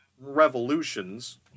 revolutions